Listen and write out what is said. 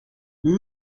nous